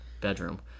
bedroom